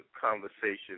conversation